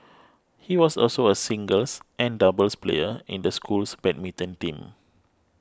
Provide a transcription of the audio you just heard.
he was also a singles and doubles player in the school's badminton team